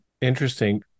Interesting